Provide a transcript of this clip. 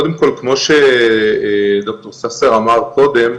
קודם כל, כמו שד"ר ססר אמר קודם,